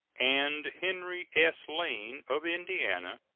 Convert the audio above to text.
and henry s. lane, of indiana,